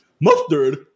Mustard